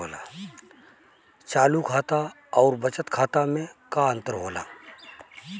चालू खाता अउर बचत खाता मे का अंतर होला?